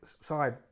side